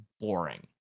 boring